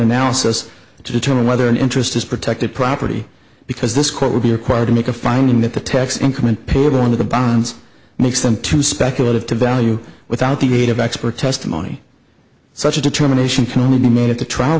analysis to determine whether an interest is protected property because this court would be required to make a finding that the tax increment put on the bonds makes them too speculative to value without the aid of expert testimony such a determination can only be made at the trial